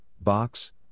Box